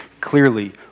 clearly